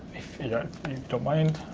if you don't don't mind.